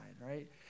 right